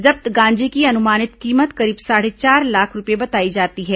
जब्त गांजे की अनुमानित कीमत करीब साढ़े चार लाख रूपये बताई जाती है